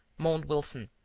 moaned wilson.